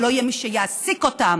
כי לא יהיה מי שיעסיק אותם.